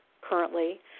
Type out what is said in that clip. currently